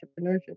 entrepreneurship